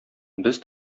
без